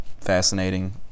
fascinating